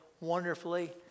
wonderfully